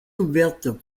ouvertes